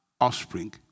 offspring